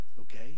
okay